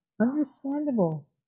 Understandable